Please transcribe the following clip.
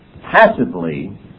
passively